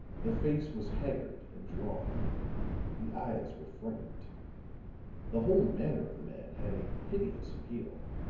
the face was haggard and drawn the eyes were frightened the whole manner of the man had a piteous appeal.